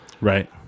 Right